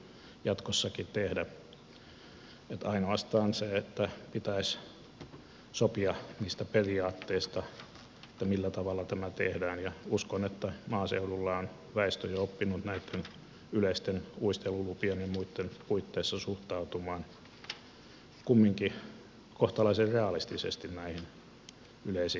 tässä on ainoastaan se että pitäisi sopia niistä periaatteista millä tavalla tämä tehdään ja uskon että maaseudulla on väestö jo oppinut näitten yleisten uistelulupien ja muitten puitteissa suhtautumaan kumminkin kohtalaisen realistisesti näihin yleisiin kalastusoikeuksiin